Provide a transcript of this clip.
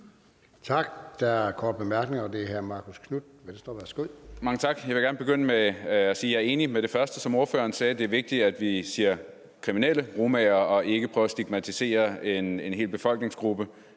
hr. Marcus Knuth, Venstre. Værsgo. Kl. 12:50 Marcus Knuth (V): Mange tak. Jeg vil gerne begynde med at sige, at jeg er enig i det første, som ordføreren sagde, nemlig at det er vigtigt, at vi siger »kriminelle romaer« og ikke prøver at stigmatisere en hel befolkningsgruppe.